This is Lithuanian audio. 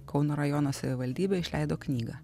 kauno rajono savivaldybė išleido knygą